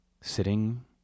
sitting